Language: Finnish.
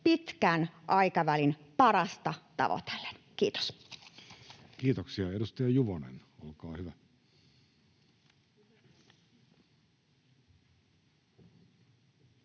pitkän aikavälin parasta tavoitellen. — Kiitos. Kiitoksia. — Edustaja Juvonen, olkaa hyvä.